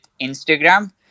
Instagram